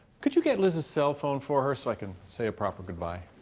could you get liz's cell phone for her so i can say a proper goodbye?